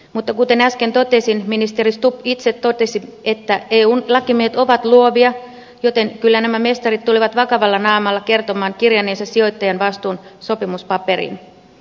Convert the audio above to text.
mutta kuten äsken totesin ministeri stubb itse totesi että eun lakimiehet ovat luovia joten kyllä nämä mestarit tulevat vakavalla naamalla kertomaan kirjanneensa sijoittajan vastuun sopimuspaperiin